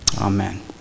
Amen